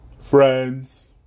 Friends